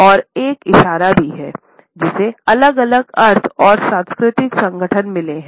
यह एक इशारा भी है जिसे अलग अलग अर्थ और सांस्कृतिक संगठन मिले हैं